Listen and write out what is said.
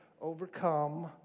overcome